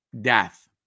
Death